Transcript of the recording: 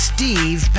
Steve